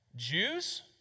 Jews